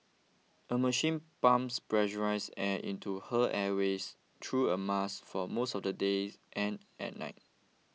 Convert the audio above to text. a machine pumps pressurised air into her airways through a mask for most of the day and at night